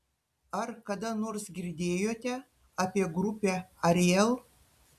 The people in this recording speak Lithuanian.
ar kada nors girdėjote apie grupę ariel